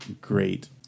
great